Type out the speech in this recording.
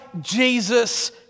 Jesus